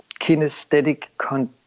kinesthetic